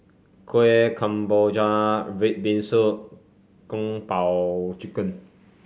Kueh Kemboja red bean soup Kung Po Chicken